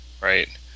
right